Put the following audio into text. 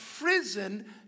prison